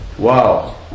Wow